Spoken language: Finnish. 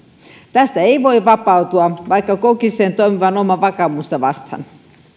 tästä ei voi vapautua vaikka kokisi sen toimivan omaa vakaumustaan vastaan